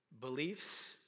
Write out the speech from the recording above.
beliefs